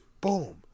boom